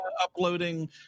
uploading